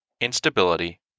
instability